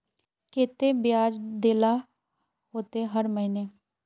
केते बियाज देल ला होते हर महीने?